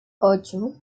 ocho